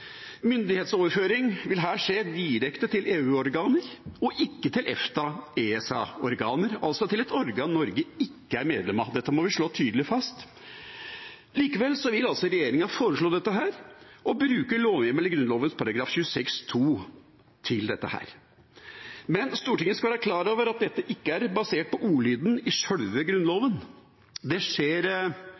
Myndighetsoverføring vil her skje direkte til EU-organer, altså til et organ Norge ikke er medlem av, og ikke til EFTA/ESA. Dette må vi slå tydelig fast. Likevel vil altså regjeringa foreslå dette, og de bruker lovhjemmel i Grunnloven § 26 andre ledd til dette. Men Stortinget skal være klar over at dette ikke er basert på ordlyden i sjølve Grunnloven. Det skjer